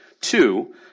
Two